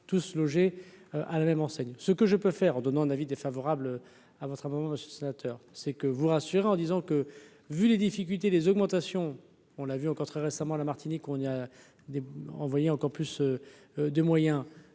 tous logés à la même enseigne, ce que je peux faire en donnant un avis défavorable à votre amendement sénateur c'est que vous rassurer en disant que, vu les difficultés des augmentations, on l'a vu encore très récemment, la Martinique, on a des envoyer encore plus de moyens